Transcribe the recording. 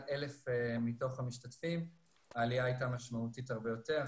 1,000 מתוך המשתתפים העלייה הייתה משמעותית הרבה יותר.